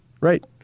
right